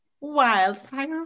wildfire